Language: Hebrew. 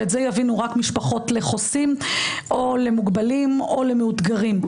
ואת זה יבינו רק משפחות לחוסים או למוגבלים או למאותגרים.